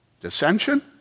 dissension